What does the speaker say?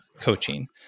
coaching